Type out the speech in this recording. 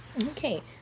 Okay